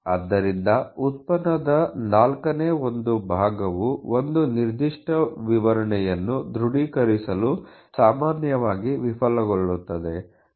ಆದ್ದರಿಂದ ಉತ್ಪನ್ನದ ನಾಲ್ಕನೇ ಒಂದು ಭಾಗವು14th ಒಂದು ನಿರ್ದಿಷ್ಟ ವಿವರಣೆಯನ್ನು ದೃಢೀಕರಿಸಲು ಸಾಮಾನ್ಯವಾಗಿ ವಿಫಲಗೊಳ್ಳುತ್ತದೆ